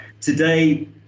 today